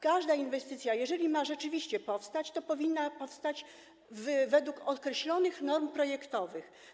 Każda inwestycja, jeżeli ma rzeczywiście powstać, to powinna powstawać według określonych norm projektowych.